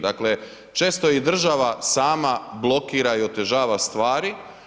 Dakle često i država sama blokira i otežava stvari.